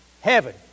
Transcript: Heaven